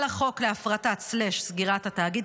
על החוק להפרטת/סגירת התאגיד,